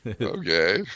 okay